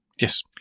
yes